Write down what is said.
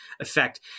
effect